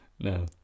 no